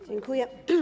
Dziękuję.